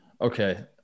Okay